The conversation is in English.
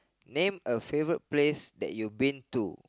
name a favorite place that you've been to